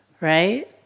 right